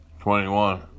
21